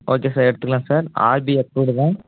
okay sir எடுத்துக்கலாம் sir RP approved தான்